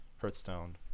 Hearthstone